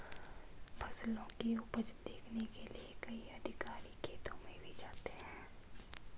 फसलों की उपज देखने के लिए कई अधिकारी खेतों में भी जाते हैं